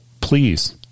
please